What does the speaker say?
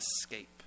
escape